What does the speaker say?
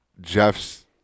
Jeff's